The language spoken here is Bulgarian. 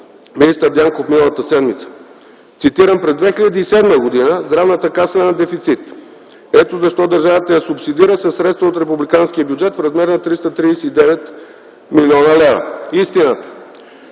министър Дянков миналата седмица. Цитирам: „През 2007 г. Здравната каса е на дефицит. Ето защо държавата я субсидира със средства от републиканския бюджет в размер на 339 млн. лв.”. Истината